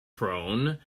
prone